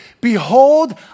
Behold